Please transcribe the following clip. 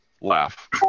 laugh